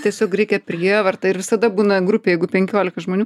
tiesiog reikia prievarta ir visada būna grupėj jeigu penkiolika žmonių